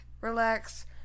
relax